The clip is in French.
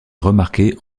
remarquer